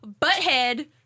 butthead